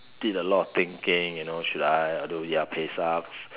did a lot of thinking you know should I although ya pay sucks